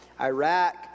Iraq